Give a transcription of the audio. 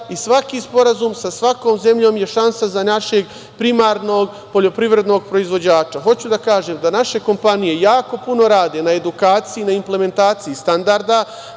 i svaki sporazum sa svakom zemljom je šansa za našeg primarnog poljoprivrednog proizvođača. Hoću da kažem da naše kompanije jako puno rade na edukaciji, na implementaciji standarda,